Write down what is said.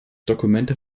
dokumente